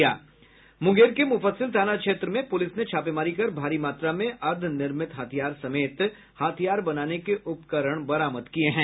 मुंगेर के मुफस्सिल थाना क्षेत्र में पुलिस ने छापेमारी कर भारी मात्रा में अर्द्वनिर्मित हथियार समेत हथियार बनाने के उपकरण बरामद किये गये हैं